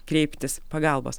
kreiptis pagalbos